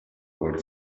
por